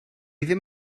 ddim